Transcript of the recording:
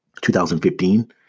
2015